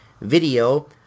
video